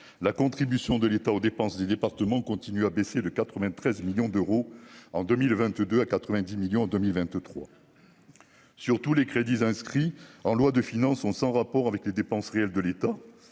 la contribution de l'État aux dépenses des départements continuent à baisser de 93 millions d'euros en 2022 à 90 millions en 2023 sur tous les crédits inscrits en loi de finances sont sans rapport avec les dépenses réelles de l'État